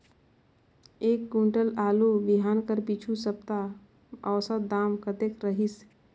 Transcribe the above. एक कुंटल आलू बिहान कर पिछू सप्ता म औसत दाम कतेक रहिस?